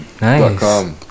Nice